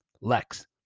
Lex